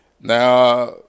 Now